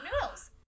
noodles